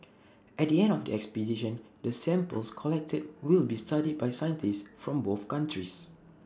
at the end of the expedition the samples collected will be studied by scientists from both countries